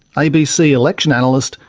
abc election analyst,